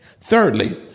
Thirdly